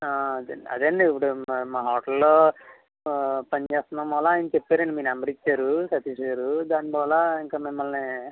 అదే అండి అదే అండి ఇప్పుడు మ మా హోటల్లో పనిచేస్తున్న మూల ఆయన చెప్పారండి మీ నెంబర్ ఇచ్చారు సతీష్గారు దాని మూల ఇంక మిమ్మల్ని